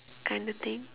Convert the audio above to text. kinda thing